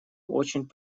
очень